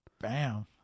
Bam